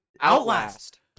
Outlast